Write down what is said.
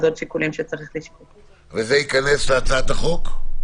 וזה ייכנס להצעת החוק?